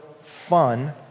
fun